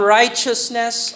righteousness